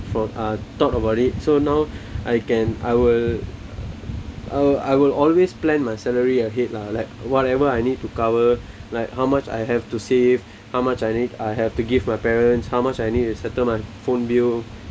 from uh thought about it so now I can I will I will always plan my salary ahead lah like whatever I need to cover like how much I have to save how much I need I have to give my parents how much I need to settle my phone bill